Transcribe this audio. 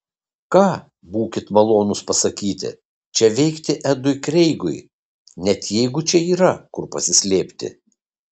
ką būkit malonūs pasakyti čia veikti edui kreigui net jeigu čia yra kur pasislėpti